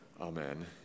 Amen